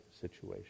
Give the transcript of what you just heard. situation